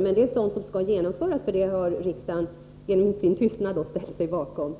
Det är emellertid sådant som skall genomföras, eftersom riksdagen genom sin tystnad ställt sig bakom